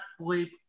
Bleep